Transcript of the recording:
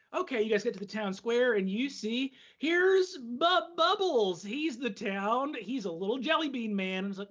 okay, you guys get to the town square, and you see here's but bubbles. he's the town, he's a little jelly bean man,